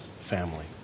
family